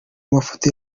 mafoto